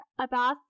Abath